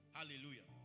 Hallelujah